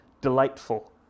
delightful